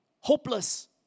hopeless